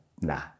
nah